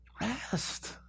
Rest